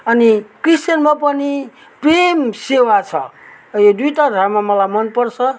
अनि क्रिश्चियनमा पनि प्रेम सेवा छ र यो दुईवटा धर्म मलाई मन पर्छ र